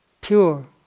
pure